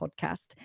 podcast